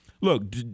look